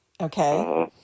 Okay